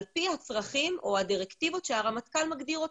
על-פי הצרכים או הדירקטיבות שהרמטכ"ל מגדיר.